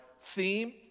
theme